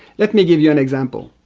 let me give you an example.